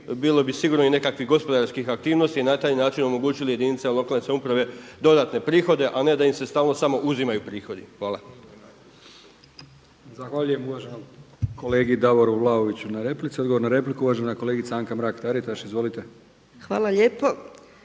bilo bi sigurno nekakvih gospodarskih aktivnosti i na taj način omogućili jedinicama lokalne samouprave dodatne prihode, a ne da im se stalno samo uzimaju prihodi. Hvala. **Brkić, Milijan (HDZ)** Zahvaljujem uvaženom kolegi Davoru Vlaoviću na replici. Odgovor na repliku uvažena kolegica Anka Mrak Taritaš. Izvolite.